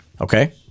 Okay